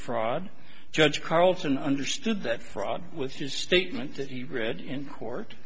fraud judge carlton understood that fraud with his statement that he read in court